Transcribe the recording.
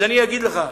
אז אני אגיד לך: